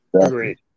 Agreed